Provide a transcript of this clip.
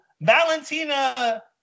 Valentina